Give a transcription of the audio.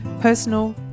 Personal